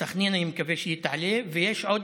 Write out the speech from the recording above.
סח'נין, אני מקווה שהיא תעלה, ויש עוד,